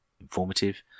informative